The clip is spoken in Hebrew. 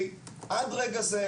עד רגע זה,